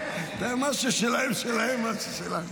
מה ששלהם, שלהם, ומה ששלנו